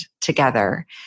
together